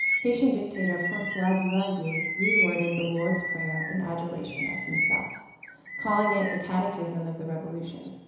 haitian dictator, francois duvalier, reworded the lord's prayer in adulation of himself calling it the catechism of the revolution.